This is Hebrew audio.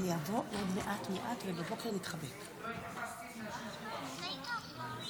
אני חושבת שאם יש דרך לראות כמה שר האוצר,